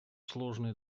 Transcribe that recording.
сложные